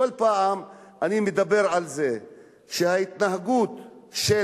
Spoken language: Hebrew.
כל פעם אני מדבר על זה שההתנהגות של